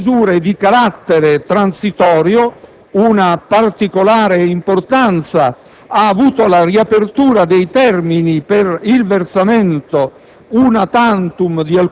a misure di carattere transitorio. Una particolare importanza ha avuto la riapertura dei termini per il versamento